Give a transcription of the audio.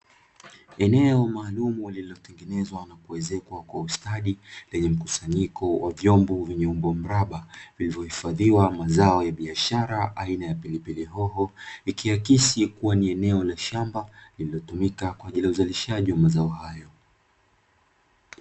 Eneo maalumu lililotengenezwa na kuezekwa kwa ustadi, lenye mkusanyiko wa vyombo vyenye umbo mraba, vilivohifadhiwa mazao ya biashara aina ya pilipili hoho, ikiakisi kuwa ni eneo la shamba lililotumika kwa ajili ya uzalishaji wa mazao hayo.